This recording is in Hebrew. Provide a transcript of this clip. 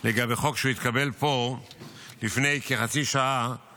לגבי חוק שהתקבל פה לפני כחצי שעה